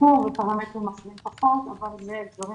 שיפור ובפרמטרים אחרים פחות אבל אלה דברים